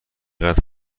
قدر